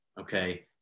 Okay